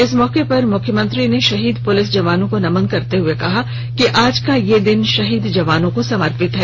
इस मौके पर मुख्यमंत्री ने शहीद पुलिस जवानों को नमन करते हुए कहा कि आज का यह दिन शहीद जवानों को समर्पित हैं